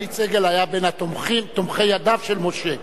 עמית סגל היה בין תומכי הדף של משה.